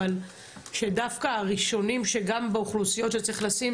שדווקא הראשונים שגם צריך לשים באוכלוסיות,